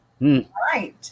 Right